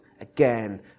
again